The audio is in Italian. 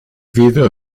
video